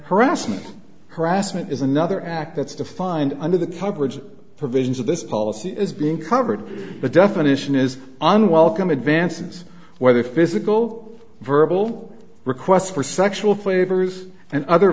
harassment harassment is another act that's defined under the coverage provisions of this policy is being covered the definition is unwelcome advances whether physical or verbal requests for sexual favors and other